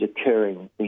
occurring